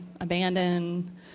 abandoned